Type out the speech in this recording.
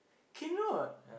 cannot